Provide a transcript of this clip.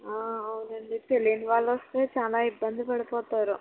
అవునండి తెలియని వాళ్ళు వస్తే చాలా ఇబ్బంది పడిపోతారు